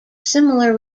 similar